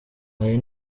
hari